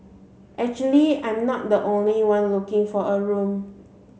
actually I'm not the only one looking for a room